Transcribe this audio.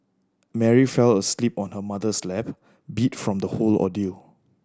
Mary fell asleep on her mother's lap beat from the whole ordeal